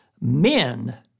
men